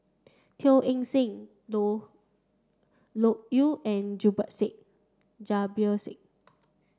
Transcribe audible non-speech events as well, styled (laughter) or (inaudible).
Teo Eng Seng Loke Loke Yew and (unintelligible) Said Jabir Said